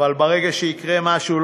אבל ברגע שיקרה משהו,